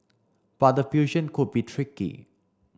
but the fusion could be tricky